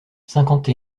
cinquante